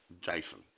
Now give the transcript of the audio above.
Jason